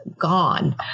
gone